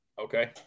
okay